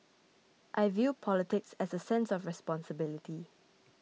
I view politics as a sense of responsibility